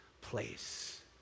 place